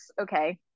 okay